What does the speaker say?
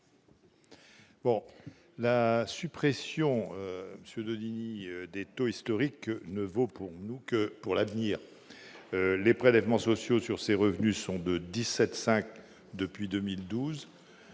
La suppression des taux historiques ne vaut que pour l'avenir. Les prélèvements sociaux sur ce type de revenus sont fixés à 17,5 % depuis 2012.